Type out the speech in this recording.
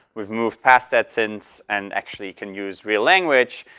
we've moved past that since, and actually can use real language.